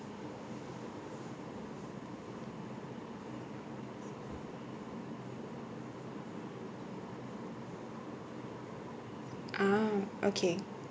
ah okay